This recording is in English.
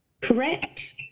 Correct